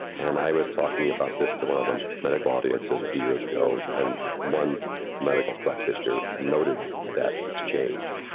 and i was talking about this, to one of them medical audiences a few years ago, and one medical practitioner noted that exchange,